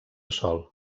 sol